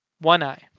One-Eye